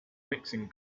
mixing